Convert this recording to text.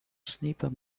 sniper